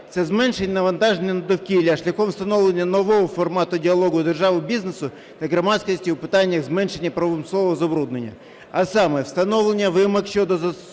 Це зменшення навантаження на довкілля шляхом встановлення нового формату діалогу держави, бізнесу та громадськості у питаннях зменшення промислового забруднення, а саме, встановлення вимог щодо застосування